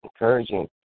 encouraging